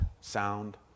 sound